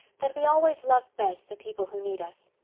that we always love best the people who need us.